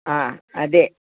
ಹಾಂ ಅದೆ